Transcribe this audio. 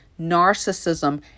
narcissism